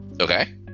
Okay